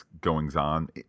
goings-on